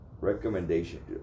recommendation